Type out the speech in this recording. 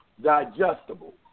digestible